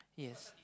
yes